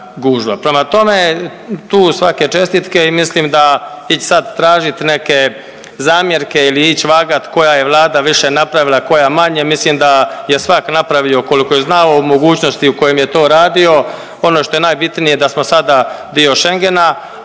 Prema tome, tu svake čestitke i mislim da ić sad tražiti neke zamjerke ili ić vagat koja je Vlada više napravila, koja manje, mislim da je svak napravio koliko je znao, mogućnosti u kojim je to radio, ono što je najbitnije, da smo sada dio Schengena,